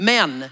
Men